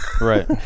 right